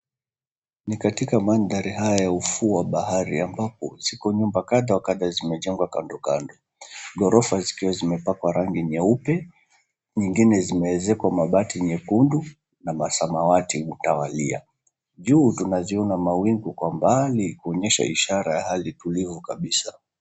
Ni katika mandhari haya ya ufuo wa bahari ambapo ziko nyumba kadha wa kadha zimejengwa kandokando. Ghorofa zikiwa zimepakwa rangi nyeupe, nyingine zimeezekwa mabati nyekundu na masamawati mtawalia. Juu tunaziona mawingu kwa mbali, kuonyesha ishara ya hali tulivu kabisa.